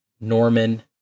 Norman